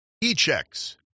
e-checks